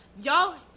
y'all